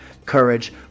courage